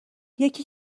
یکی